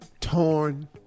Torn